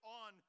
on